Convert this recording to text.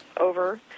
over